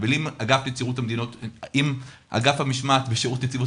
אבל אם אגף המשמעת בשירות נציבות